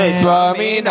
swami